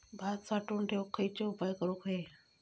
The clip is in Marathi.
भात साठवून ठेवूक खयचे उपाय करूक व्हये?